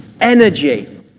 energy